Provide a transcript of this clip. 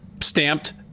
stamped